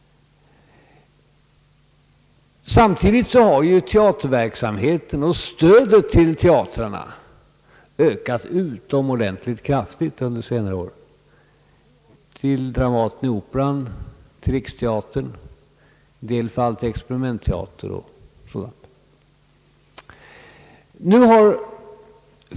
Samtidigt har teaterverksamheten och stödet till teatrarna ökat utomordentligt kraftigt under senare år. Detta har kommit Dramaten, Operan, Riksteatern och i en del fall experimentteater etc. till godo.